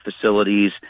facilities